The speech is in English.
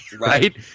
right